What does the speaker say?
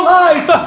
life